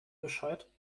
bescheid